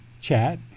chat